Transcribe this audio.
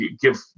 give